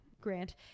grant